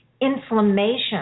inflammation